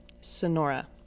Sonora